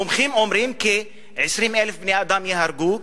מומחים אומרים כי 20,000 בני-אדם ייהרגו,